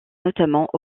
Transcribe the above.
notamment